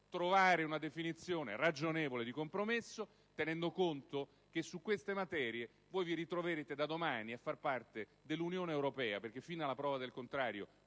trovare una definizione ragionevole di compromesso? Tenete conto che su queste materie vi ritroverete da domani a dover operare facendo parte dell'Unione europea - perché fino a prova del contrario